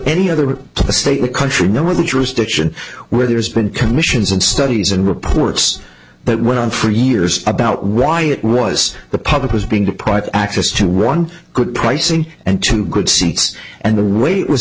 any other state the country know where the jurisdiction where there's been commissions and studies and reports that went on for years about why it was the public was being deprived access to one good pricing and two good seats and the way it was